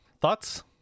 thoughts